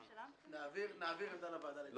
נעביר עמדה לוועדה לגבי הסעיף הזה.